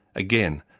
again,